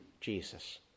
Jesus